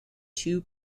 two